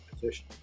position